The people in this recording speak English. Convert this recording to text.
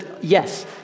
yes